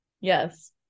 Yes